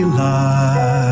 light